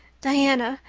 diana,